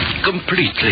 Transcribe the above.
Completely